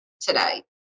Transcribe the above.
today